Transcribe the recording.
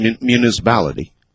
municipality